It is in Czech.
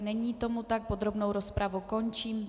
Není tomu tak, podrobnou rozpravu končím.